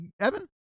evan